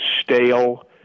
stale